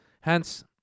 Hence